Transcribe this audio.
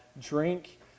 drink